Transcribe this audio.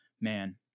man